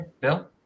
Bill